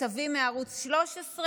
כתבים מערוץ 13,